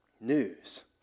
news